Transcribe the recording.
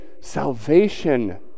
salvation